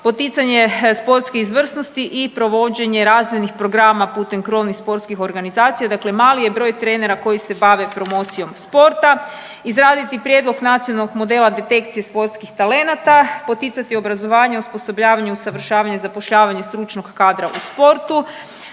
Poticanje sportske izvrsnosti i provođenje razvojnih programa putem krovnih sportskih organizacija. Dakle, mali je broj trenera koji se bave promocijom sporta. Izraditi prijedlog nacionalnog modela detekcije sportskih talenata. Poticati obrazovanje, osposobljavanje, usavršavanje, zapošljavanje stručnog kadra u sportu.